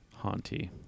Haunty